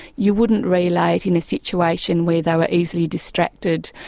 you wouldn't relay it in a situation where they were easily distracted.